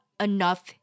enough